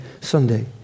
Sunday